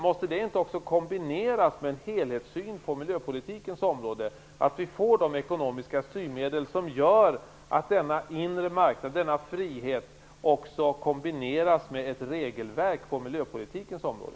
Måste en sådan också inte kombineras med en helhetssyn på miljöpolitiken så att vi får de ekonomiska styrmedel som gör att denna inre marknad och denna frihet också kombineras med ett regelverk på miljöpolitikens område?